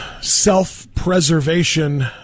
Self-preservation